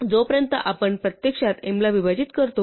जोपर्यंत आपण प्रत्यक्षात m ला विभाजित करतो